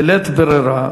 בלית ברירה,